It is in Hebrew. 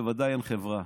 בוודאי אין חברה,